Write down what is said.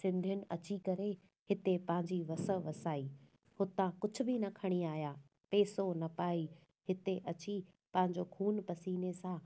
सिंधियुनि अची करे हिते पंहिंजी वस वसाई हुतां कुझु बि न खणी आया पेसो न पाई हिते अची पंहिंजो खून पसीने सां